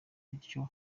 bityo